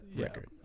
record